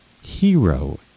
hero